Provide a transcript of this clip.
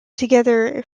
together